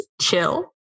chill